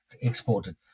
exported